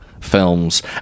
films